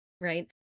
Right